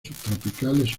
subtropicales